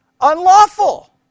Unlawful